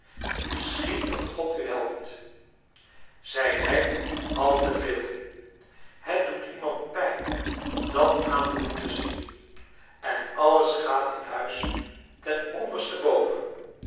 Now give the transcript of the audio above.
misschien dat god u helpt zij lijdt al te veel het doet iemand pijn dat aan te moeten zien en alles gaat in huis ten